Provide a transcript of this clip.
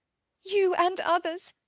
you, and others!